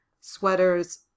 sweaters